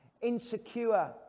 insecure